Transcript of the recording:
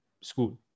school